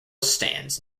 stands